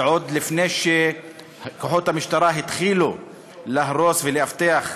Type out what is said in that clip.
עוד לפני שכוחות המשטרה התחילו להרוס ולאבטח,